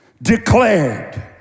declared